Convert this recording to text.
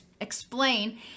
explain